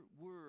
word